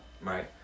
Right